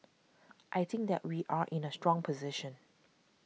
I think that we are in a strong position